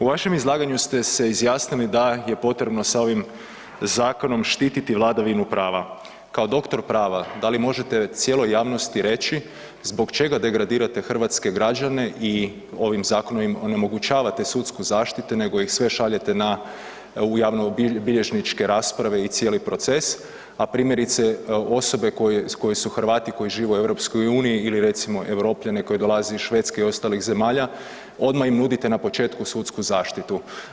U vašem izlaganju ste se izjasnili da je potrebno sa ovim zakonom štititi vladavinu prava, kao doktor prava da li možete cijeloj javnosti reći zbog čega degradirate hrvatske građane i ovim zakonom im onemogućavate sudsku zaštitu nego ih sve šaljete na, u javnobilježničke rasprave i cijeli proces, a primjerice osobe koje su Hrvati i koji žive u EU ili recimo europljane koji dolaze iz Švedske i ostalih zemalja odmah im nudite na početku sudsku zaštitu.